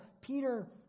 Peter